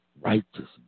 Righteousness